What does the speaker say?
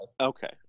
Okay